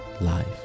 life